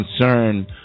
concern